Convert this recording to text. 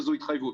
וזאת התחייבות.